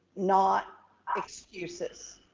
not excuses.